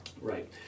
Right